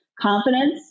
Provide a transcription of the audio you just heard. confidence